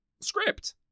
script